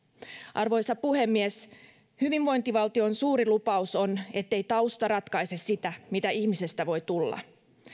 arvoisa puhemies hyvinvointivaltion suuri lupaus on ettei tausta ratkaise sitä mitä ihmisestä voi tulla